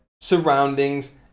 surroundings